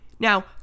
Now